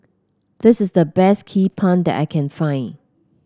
this is the best Hee Pan that I can find